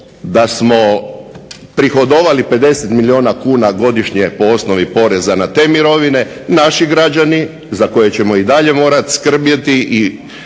da smo prihodovali 50 milijuna kuna godišnje po osnovi poreza na te mirovine naši građani za koje ćemo morati i dalje skrbjeti i